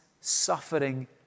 suffering